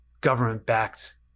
government-backed